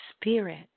spirit